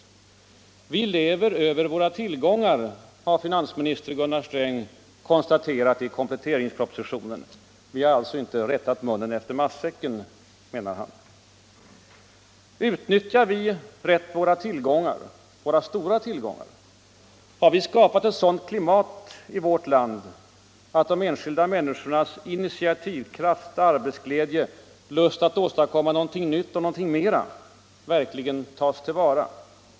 Vi lever över våra tillgångar, har finansminister Gunnar Sträng konstaterat i kompletteringspropositionen. Vi har alltså inte rättat munnen efter matsäcken, menar han. Utnyttjar vi våra stora tillgångar rätt? Har vi skapat ett sådant klimat i vårt land att de enskilda människornas initiativkraft, arbetsglädje och lust att åstadkomma någonting nytt och någonting mera verkligen tas till vara?